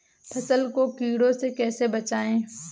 फसल को कीड़ों से कैसे बचाएँ?